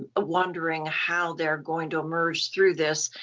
ah wondering how they're going to emerge through this,